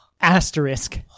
Asterisk